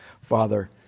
Father